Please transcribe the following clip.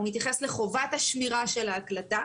הוא מתייחס לחובת השמירה של ההקלטה